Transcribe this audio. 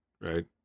right